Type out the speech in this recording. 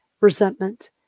resentment